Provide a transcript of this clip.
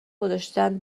گذاشتن